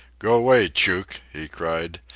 go way, chook! he cried,